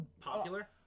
popular